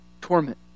torment